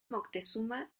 moctezuma